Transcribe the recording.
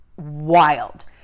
wild